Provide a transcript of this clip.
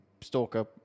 stalker